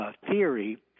theory